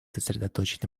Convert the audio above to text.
сосредоточить